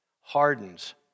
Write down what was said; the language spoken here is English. hardens